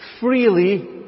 freely